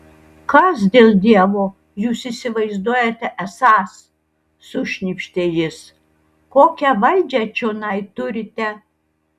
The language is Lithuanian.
kas dėl dievo jūs įsivaizduojate esąs sušnypštė jis kokią valdžią čionai turite